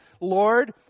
Lord